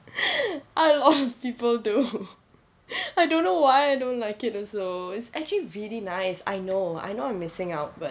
a lot of people do I don't know why I don't like it also it's actually really nice I know I know I'm missing out but